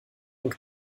und